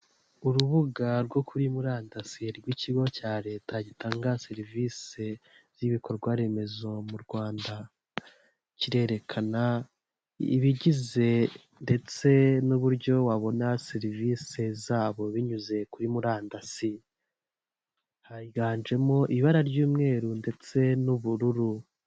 Urubuga rwo kuri murandasi rw'ikigo cya leta gitanga serivisi z'ibikorwa remezo mu Rwanda, kirerekana ibigize ndetse n'uburyo wabona serivisi zabo binyuze kuri murandasi, higanjemo ibara ry'umweru ndetse n'ubururu.